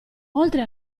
oltre